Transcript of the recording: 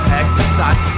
exercise